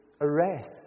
arrest